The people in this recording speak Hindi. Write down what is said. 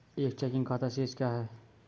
एक चेकिंग खाता शेष क्या है?